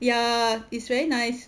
ya it's very nice